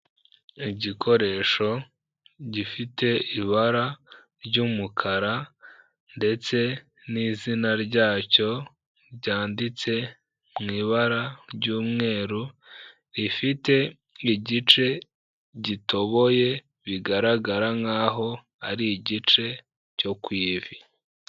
Igikoresho gifite ibara ry'umukara ndetse n'izina ryacyo ryanditse mu ibara ry'umweru, rifite igice gitoboye bigaragara nk'aho ari igice cyo ku ivi.